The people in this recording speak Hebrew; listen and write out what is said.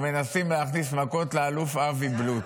או מנסים להכניס מכות לאלוף אבי בלוט.